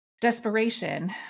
desperation